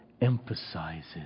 emphasizes